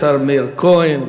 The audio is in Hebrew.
השר מאיר כהן,